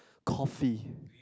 coffee